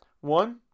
One